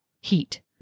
heat